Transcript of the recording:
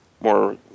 more